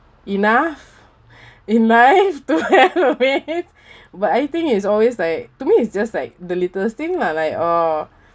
enough in life to have amaze but I think is always like to me it's just like the littlest thing lah like oh